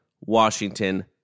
Washington